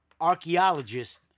archaeologists